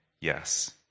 yes